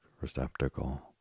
receptacle